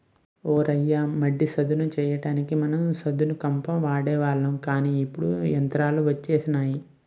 ఓ రయ్య మడి సదును చెయ్యడానికి మనం సదును కంప వాడేవాళ్ళం కానీ ఇప్పుడు యంత్రాలు వచ్చినాయి